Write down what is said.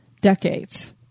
decades